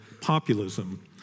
populism